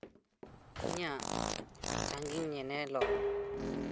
ᱤᱧᱟᱹᱜ ᱥᱟᱺᱜᱤᱧ ᱧᱮᱱᱮᱞᱚᱢ